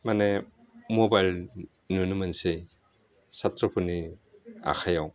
माने मबाइल नुनो मोनसै साथ्र'फोरनि आखाइयाव